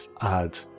add